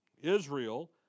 Israel